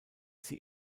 sie